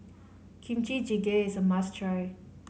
Kimchi Jjigae is a must try